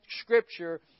scripture